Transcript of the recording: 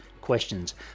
questions